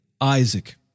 Isaac